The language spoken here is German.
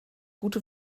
gute